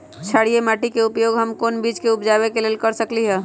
क्षारिये माटी के उपयोग हम कोन बीज के उपजाबे के लेल कर सकली ह?